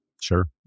Sure